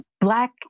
black